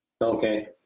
Okay